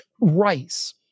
Rice